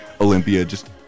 Olympia—just